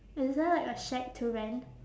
is there like a shack to rent